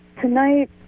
Tonight